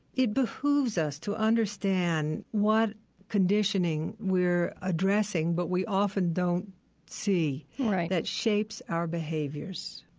it behooves us to understand what conditioning we are addressing but we often don't see that shapes our behaviors.